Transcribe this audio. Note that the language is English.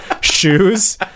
shoes